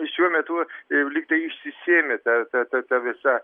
šiuo metu jau lygtai išsisėmė ta ta ta visa